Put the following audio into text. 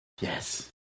Yes